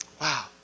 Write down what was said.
Wow